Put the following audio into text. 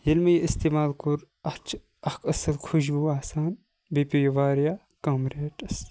ییٚلہِ مےٚ یہِ اِستعمال کوٚر اتھ چھِ اکھ اَصل خُشبوٗ آسان بیٚیہِ پیٚو یہِ واریاہ کَم ریٹَس